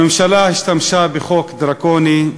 הממשלה השתמשה בחוק דרקוני,